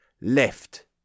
left